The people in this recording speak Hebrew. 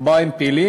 שבה הם פעילים,